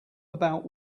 about